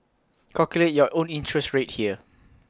calculate your own interest rate here